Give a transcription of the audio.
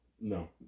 No